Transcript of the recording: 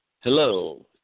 Hello